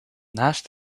naast